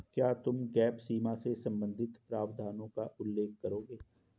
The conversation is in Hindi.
क्या तुम गैप सीमा से संबंधित प्रावधानों का उल्लेख करोगे?